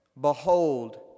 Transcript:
Behold